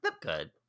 good